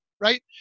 right